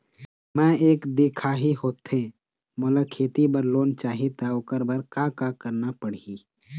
मैं एक दिखाही होथे मोला खेती बर लोन चाही त ओकर बर का का करना पड़ही?